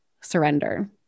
surrender